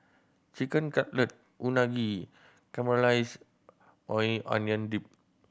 Chicken Cutlet Unagi Caramelized Maui Onion Dip